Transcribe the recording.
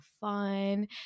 fun